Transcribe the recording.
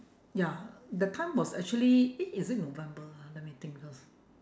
ya that time was actually eh is it november ha let me think first